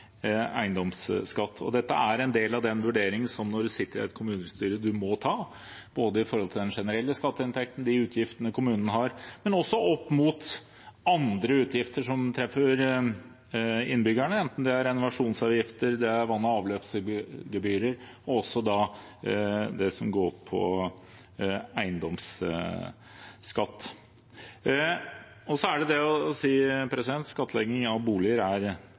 eiendomsskatt. Dette er en del av den vurderingen som man, når man sitter i et kommunestyre, må ta – når det gjelder både den generelle skatteinntekten, utgiftene kommunen har og også opp mot andre utgifter som treffer innbyggerne, enten det er renovasjonsavgifter, vann- og avløpsgebyrer og det som går på eiendomsskatt. Så er det det å si at skattlegging av boliger er